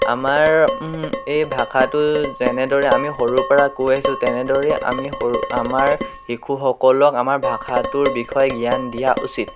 আমাৰ এই ভাষাটো যেনেদৰে আমি সৰুৰ পৰা কৈ আহিছোঁ তেনেদৰেই আমি সৰু আমাৰ শিশুসকলক আমাৰ ভাষাটোৰ বিষয়ে জ্ঞান দিয়া উচিত